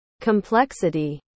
complexity